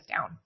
down